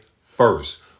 first